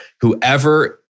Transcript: whoever